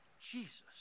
Jesus